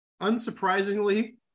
Unsurprisingly